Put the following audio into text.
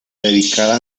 dedicada